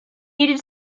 needed